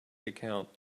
account